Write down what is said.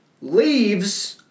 leaves